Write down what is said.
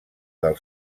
del